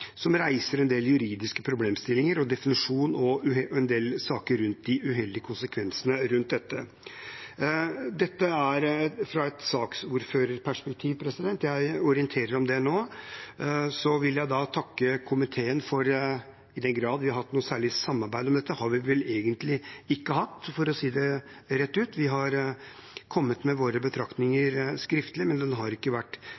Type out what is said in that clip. som reiser en del juridiske problemstillinger og definisjoner og en del saker rundt de uheldige konsekvensene rundt dette. Det er fra et saksordførerperspektiv jeg orienterer om dette nå. Så vil jeg takke komiteen for samarbeidet, i den grad vi har hatt noe særlig samarbeid om dette – det har vi vel egentlig ikke hatt, for å si det rett ut. Vi har kommet med våre betraktninger skriftlig, men saken har ikke vært